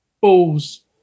balls